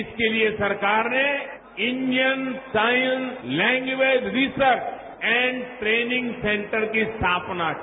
इसके लिए सरकार ने Indian sign language research and training centre की स्थापना की